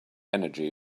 energy